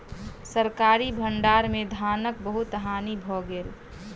सरकारी भण्डार में धानक बहुत हानि भ गेल